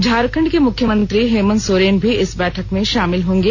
झारखंड के मुख्यमंत्री हेमंत सोरेन भी इस बैठक में शामिल होंगे